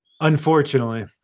Unfortunately